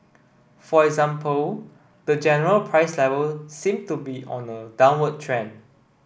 for example the general price level seem to be on a downward trend